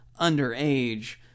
underage